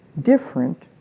different